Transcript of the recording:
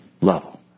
level